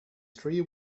three